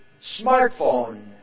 smartphone